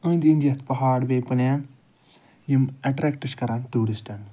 أنٛدۍ أنٛدۍ یَتھ پہاڑ بیٚیہِ پٕلین یِم اَٹریکٹہٕ چھِ کران ٹیٛوٗرِسٹَن